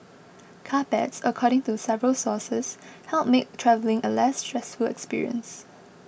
carpets according to several sources help make travelling a less stressful experience